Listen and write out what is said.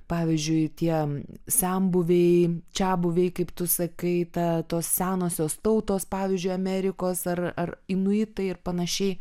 pavyzdžiui tiem senbuviai čiabuviai kaip tu sakai ta tos senosios tautos pavyzdžiui amerikos ar ar inuitai ar panašiai